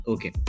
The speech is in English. Okay